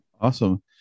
Awesome